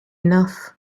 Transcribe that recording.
enough